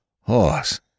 horse